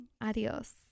Adios